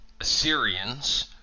Assyrians